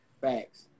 Facts